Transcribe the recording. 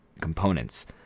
components